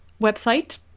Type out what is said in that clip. website